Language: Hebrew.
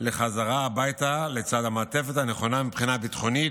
לחזרה הביתה, לצד המעטפת הנכונה מבחינה ביטחונית,